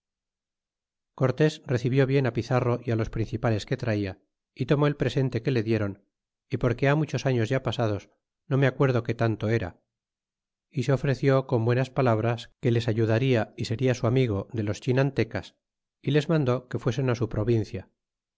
recibió bien al pizarro y los principales que traia y tomó el presente que le dieron y porque ha muchos años ya pasados no me acuerdo qué tanto era y se ofreció con buenas palabras que les ayudarla y seria su amigo de los cbinantecas y les mandó que fuesen á su provincia